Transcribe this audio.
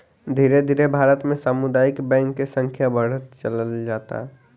धीरे धीरे भारत में सामुदायिक बैंक के संख्या बढ़त चलल जाता